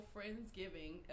Friendsgiving